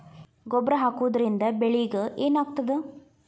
ಗೊಬ್ಬರ ಹಾಕುವುದರಿಂದ ಬೆಳಿಗ ಏನಾಗ್ತದ?